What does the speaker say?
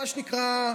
מה שנקרא,